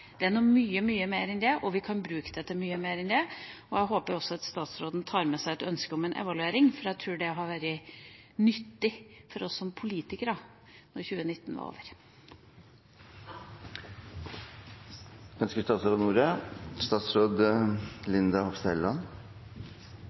Det er noe mye mer enn det, og vi kan bruke det til mye mer enn det. Jeg håper også at statsråden tar med seg et ønske om en evaluering, for jeg tror det hadde vært nyttig for oss som politikere når 2019 er over.